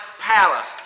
palace